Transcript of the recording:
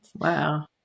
Wow